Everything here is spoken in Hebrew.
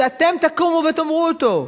שאתם תקומו ותאמרו אותו.